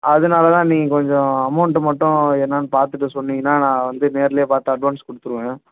அதனால தான் நீங்கள் கொஞ்சம் அமௌண்ட்டு மட்டும் என்னென்னு பார்த்துட்டு சொன்னீங்கன்னால் நான் வந்து நேர்லேயே பார்த்து அட்வான்ஸ் கொடுத்துருவேன்